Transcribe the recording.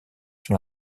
sur